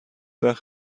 وقت